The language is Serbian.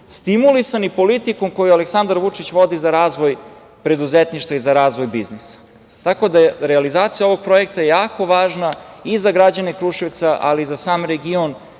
stimulisani politikom koju Aleksandar Vučić vodi za razvoj preduzetništva i za razvoj biznisa. Realizacija ovog projekta je jako važna i za građane Kruševca, ali i za sam region